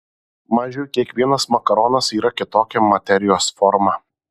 mažiui kiekvienas makaronas yra kitokia materijos forma